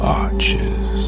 arches